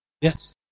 Yes